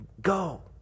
Go